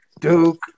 Duke